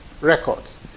records